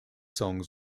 songs